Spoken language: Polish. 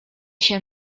się